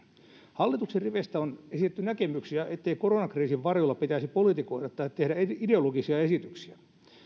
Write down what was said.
hallituksen riveistä on esitetty näkemyksiä ettei koronakriisin varjolla pitäisi politikoida tai tehdä ideologisia esityksiä